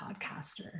podcaster